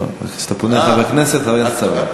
כשאתה פונה לחבר כנסת, חבר הכנסת סולומון.